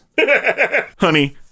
Honey